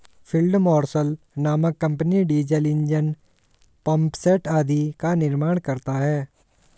field marshal नामक company diesel engine, pump set आदि का निर्माण करता है